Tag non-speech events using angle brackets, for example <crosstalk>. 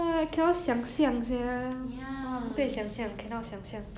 but thanks to him then 我 never got stung before lah <laughs>